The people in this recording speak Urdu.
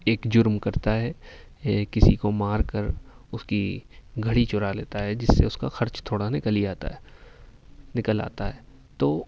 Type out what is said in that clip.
ایک جرم کرتا ہے کسی کو مار کر اس کی گھڑی چرا لیتا ہے جس سے اس کا خرچ تھوڑا نکل ہی آتا ہے نکل آتا ہے تو